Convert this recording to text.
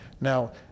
Now